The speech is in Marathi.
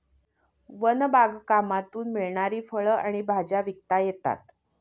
वन बागकामातून मिळणारी फळं आणि भाज्या विकता येतात